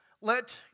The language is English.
Let